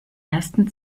ersten